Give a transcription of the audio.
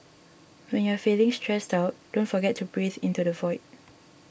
when you are feeling stressed out don't forget to breathe into the void